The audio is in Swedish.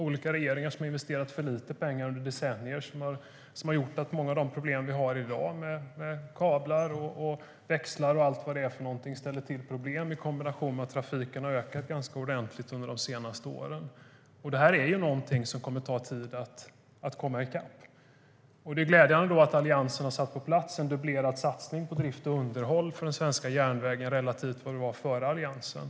Olika regeringar har under decennier investerat för lite pengar, vilket gett många av de problem vi har i dag med kablar, växlar och så vidare i kombination med att trafiken har ökat ganska ordentligt de senaste åren. Det kommer att ta tid att komma i kapp. Det är därför glädjande att Alliansen satte på plats en dubblerad satsning på drift och underhåll av den svenska järnvägen relativt till vad det var före Alliansen.